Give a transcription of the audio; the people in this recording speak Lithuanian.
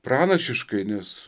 pranašiškai nes